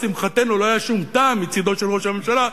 שמחתנו לא היה שום טעם מצדו של ראש הממשלה,